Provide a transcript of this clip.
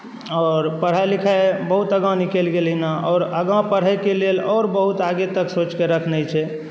आओर पढ़ाइ लिखाइ बहुत आगाँ निकलि गेलै हेँ और आगाँ पढ़यके लेल आओर बहुत आगे तक सोचिके रखने छै